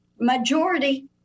majority